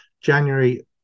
january